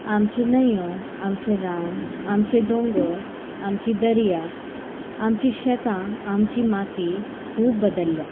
आमची न्हंयो आमचें रान आमचे दोंगर आमची दर्या आमचीं शेतां आमची माती खूब बदल्ल्या